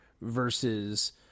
versus